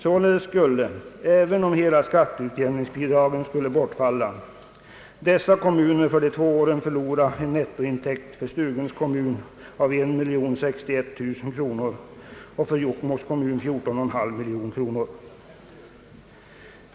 Således skulle, även om hela skatteutjämningsbidraget skulle bortfalla, dessa kommuner för de två åren förlora en nettointäkt av för Stuguns kommun 1 061 000 kronor och för Jokkmokks kommun 14 500 000 kronor.